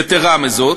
יתרה מזאת,